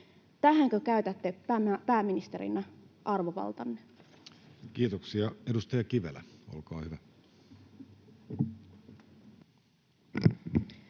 Tähänkö käytätte pääministerinä arvovaltanne? Kiitoksia. — Edustaja Kivelä, olkaa hyvä.